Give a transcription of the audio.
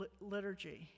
liturgy